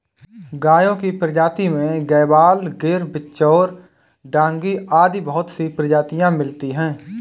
गायों की प्रजाति में गयवाल, गिर, बिच्चौर, डांगी आदि बहुत सी प्रजातियां मिलती है